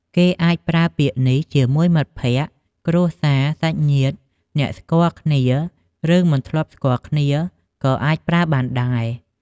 គេអាចប្រើពាក្យនេះជាមួយមិត្តភក្តិ គ្រួសារ សាច់ញាតិ អ្នកស្គាល់គ្នា ឬ មិនធ្លាប់ស្គាល់គ្នាក៏អាចប្រើបានដែរ។